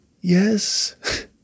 Yes